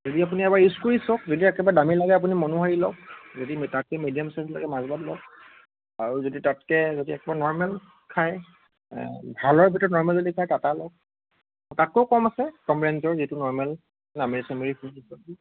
যদি আপুনি এবাৰ ইউজ কৰি চাওক যদি একেবাৰে দামী লাগে আপুনি মনোহাৰি লওক যদি তাতকৈ মিডিয়াম চাইজ লাগে মাজবাট লওক আৰু যদি তাতকৈ যদি একেবাৰে নৰমেল খাই ভালৰ ভিতৰত নৰমেল যদি খাই টাটা লওক তাতকৈও কম আছে কম ৰেঞ্জৰ যিটো নৰমেল নামেৰি চামেৰি কিবাকিবি